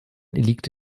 liegt